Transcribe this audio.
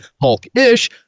Hulk-ish